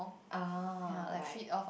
uh right